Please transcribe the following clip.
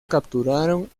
capturaron